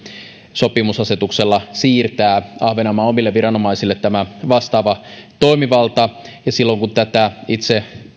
sopimusasetuksella siirtää ahvenanmaan omille viranomaisille tämä vastaava toimivalta silloin kun tätä itse